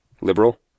liberal